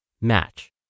match